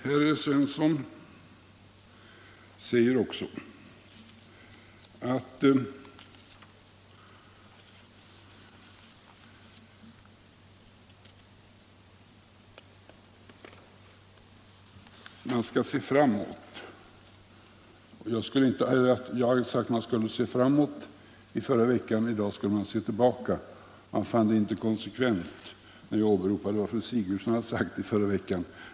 Herr Svensson säger också att man skall se framåt. Han hävdar att jag i förra veckan sagt att man skall se framåt men att jag i dag säger att man skall se tillbaka, och han fann det inte konsekvent när jag åberopade vad fru Sigurdsen hade sagt i förra veckan.